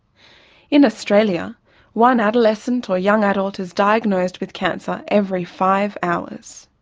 in australia one adolescent or young adult is diagnosed with cancer every five hours.